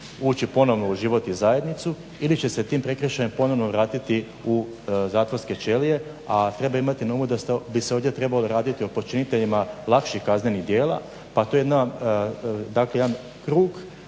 ući ponovno u život i zajednicu ili će se tim prekršajem ponovno vratiti u zatvorske ćelije. A treba imati na umu da bi se ovdje trebalo raditi o počiniteljima lakših kaznenih djela a to je jedan krug